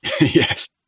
yes